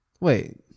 wait